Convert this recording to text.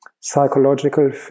psychological